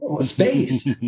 Space